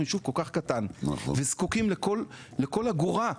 אנחנו יישוב ממש קטן וזקוקים לכל אגורה.